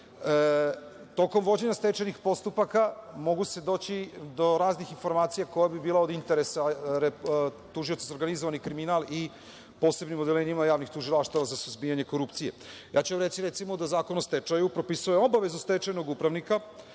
vođenja stečajnih postupaka, mogu se doći do raznih informacija koja bi bila od interesa tužioca za organizovani kriminal i posebnim odeljenjima javnih tužilaštava za suzbijanje korupcije. Ja ću vam reći da, recimo, Zakon o stečaju propisuje obavezu stečajnog upravnika